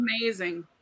amazing